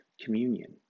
communion